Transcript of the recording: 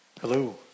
Hello